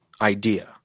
idea